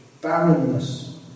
barrenness